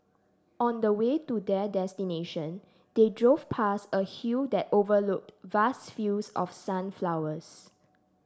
on the way to their destination they drove past a hill that overlooked vast fields of sunflowers